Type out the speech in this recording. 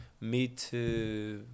meet